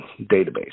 database